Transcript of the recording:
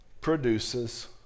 produces